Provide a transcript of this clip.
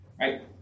Right